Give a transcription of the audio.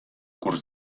curs